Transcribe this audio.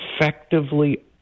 effectively